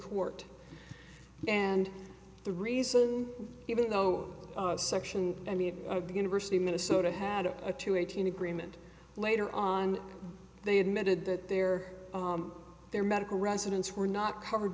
court and the reason even though section of the university of minnesota had a two eighteen agreement later on they admitted that their their medical residents were not covered